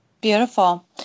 Beautiful